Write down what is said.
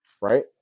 right